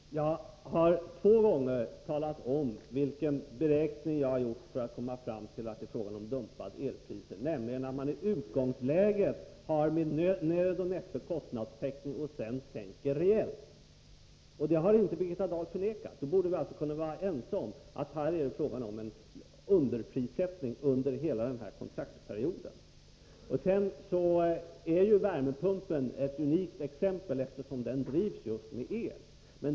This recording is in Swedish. Fru talman! Jag har två gånger talat om vilken beräkning jag har gjort för att komma fram till att det är fråga om dumpade elpriser, nämligen att man i utgångsläget har nätt och jämnt kostnadstäckning och sedan sänker rejält. Det har inte Birgitta Dahl förnekat, och då borde vi kunna vara överens om att man tar ut underpriser under hela kontraktsperioden. Sedan är ju värmepumpen ett unikt exempel, eftersom den drivs just med el.